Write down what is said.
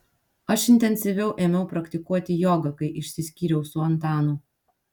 aš intensyviau ėmiau praktikuoti jogą kai išsiskyriau su antanu